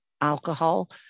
alcohol